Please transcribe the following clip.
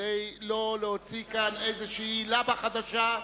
כדי לא להוציא כאן איזו לבה חדשה.